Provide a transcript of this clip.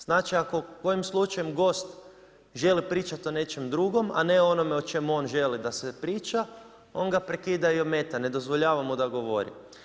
Znači ako kojim slučajem gost želi pričati o nečem drugom a ne onome o čemu on želi da se priča on ga prekida i ometa, ne dozvoljava mu da govori.